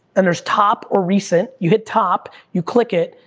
and there's top or recent, you hit top, you click it,